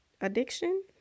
addiction